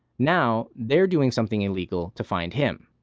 now they're doing something illegal to find him.